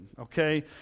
okay